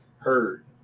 Heard